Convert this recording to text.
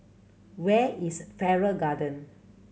where is Farrer Garden